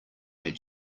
had